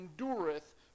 endureth